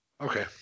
Okay